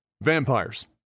vampires